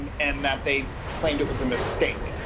and and that they claimed it was a mistake.